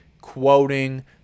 quoting